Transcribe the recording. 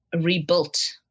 rebuilt